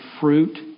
fruit